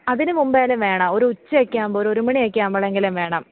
അതിന് മുമ്പായാലും വേണം ഒരു ഉച്ച ഒക്കെ ആകുമ്പോൾ ഒരു ഒരു മണി ഒക്കെ ആകുമ്പോളെങ്കിലും വേണം